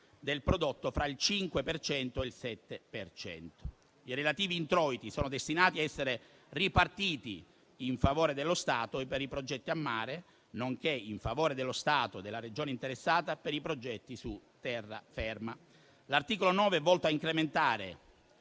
del prodotto fra il 5 e il 7 per cento. I relativi introiti sono destinati a essere ripartiti in favore dello Stato per i progetti a mare, nonché in favore dello Stato e della Regione interessata per i progetti su terra ferma. L'articolo 9 è volto a incrementare